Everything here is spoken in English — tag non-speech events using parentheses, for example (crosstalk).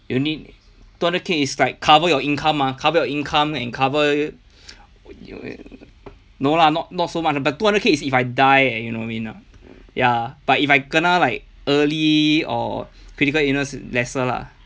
you need two hundred K is like cover your income mah cover your income and cover (noise) no lah not not so much but two hundred K is if I die and you know what I mean lah ya but if I kena like early or critical illness lesser lah